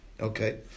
okay